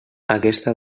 aquesta